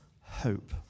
hope